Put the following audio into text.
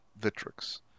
Vitrix